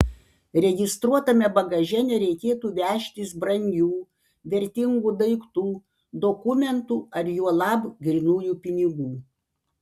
registruotame bagaže nereikėtų vežtis brangių vertingų daiktų dokumentų ar juolab grynųjų pinigų